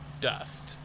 dust